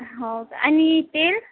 हो का आणि तेल